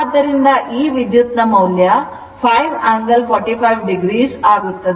ಆದ್ದರಿಂದ ಈ ವಿದ್ಯುತ್ ನ ಮೌಲ್ಯ 5 angle 45 o ಆಗುತ್ತದೆ